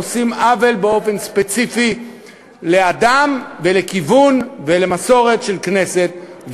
עושים עוול באופן ספציפי לאדם ולכיוון ולמסורת של כנסת.